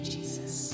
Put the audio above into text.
Jesus